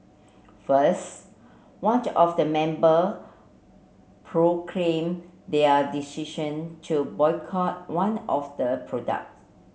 first of the member proclaimed their decision to boycott one of the product